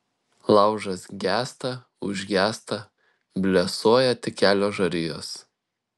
laužas gęsta užgęsta blėsuoja tik kelios žarijos